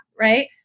right